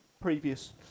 previous